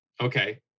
okay